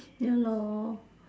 ya lor